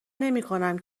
نمیکنم